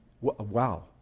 wow